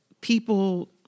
People